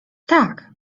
tak